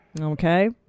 Okay